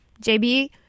JB